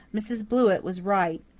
mrs. blewett was right.